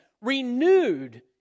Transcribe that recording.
renewed